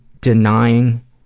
denying